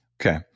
Okay